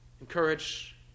encourage